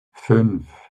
fünf